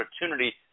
opportunity